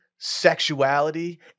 sexuality